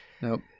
Nope